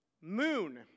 Moon